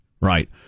Right